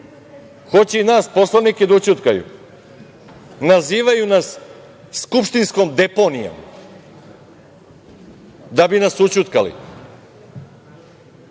Hoće i nas poslanike da ućutkaju. Nazivaju nas – skupštinskom deponijom da bi nas ućutkali.